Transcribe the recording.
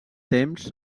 temps